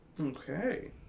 Okay